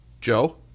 Joe